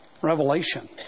Revelation